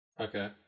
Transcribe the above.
Okay